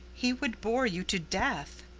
he would bore you to death.